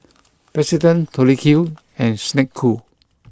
President Tori Q and Snek Ku